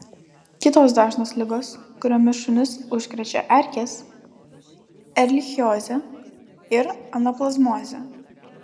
kitos dažnos ligos kuriomis šunis užkrečia erkės erlichiozė ir anaplazmozė